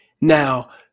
Now